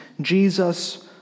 Jesus